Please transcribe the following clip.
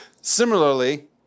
Similarly